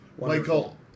Michael